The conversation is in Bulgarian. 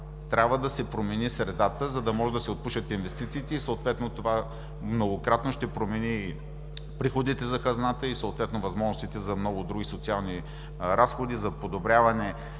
трябва да се промени средата, за да може да се отпушат инвестициите – това многократно ще промени приходите в хазната и съответно възможностите за много други социални разходи, за подобряване